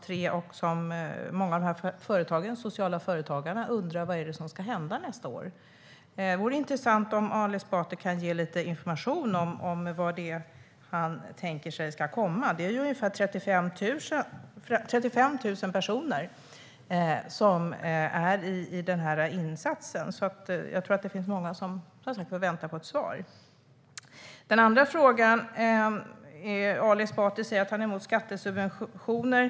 Även många av de sociala företagarna undrar vad som ska hända nästa år. Ali Esbati får gärna ge lite information om vad han tänker sig ska komma. Det är ungefär 35 000 personer i denna insats, så det är många som väntar på svar. Ali Esbati säger att han är emot skattesubventioner.